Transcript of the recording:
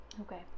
Okay